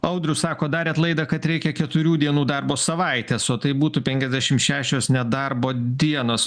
audrius sako darėt laidą kad reikia keturių dienų darbo savaitės o tai būtų penkiasdešim šešios nedarbo dienos